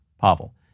Pavel